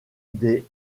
des